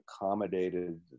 accommodated